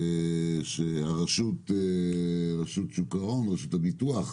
רשות שוק ההון, רשות הביטוח,